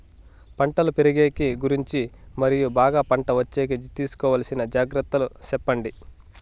పంటలు పెరిగేకి గురించి మరియు బాగా పంట వచ్చేకి తీసుకోవాల్సిన జాగ్రత్త లు సెప్పండి?